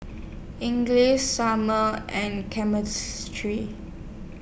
Sumner and